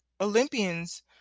Olympians